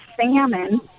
salmon